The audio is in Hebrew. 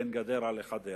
בין גדרה לחדרה,